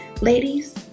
Ladies